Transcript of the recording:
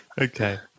Okay